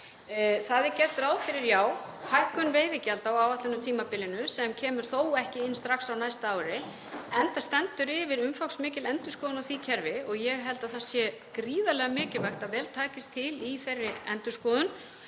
Það er gert ráð fyrir hækkun veiðigjalda á áætlunartímabilinu sem kemur þó ekki inn strax á næsta ári, enda stendur yfir umfangsmikil endurskoðun á því kerfi og ég held að það sé gríðarlega mikilvægt að vel takist til í þeirri endurskoðun.